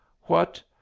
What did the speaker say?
What